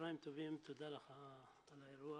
צהריים טובים, תודה לך על האירוח.